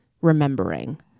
remembering